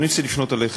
אני רוצה לפנות אליך,